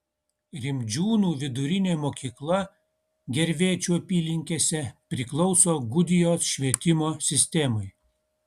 rimdžiūnų vidurinė mokykla gervėčių apylinkėse priklauso gudijos švietimo sistemai